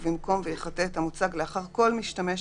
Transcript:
ומבקום "ויחטא את המוצג לאחר כל משתמש"